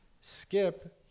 Skip